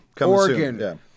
Oregon